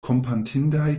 kompatindaj